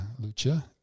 Lucha